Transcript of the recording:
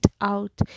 out